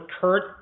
Kurt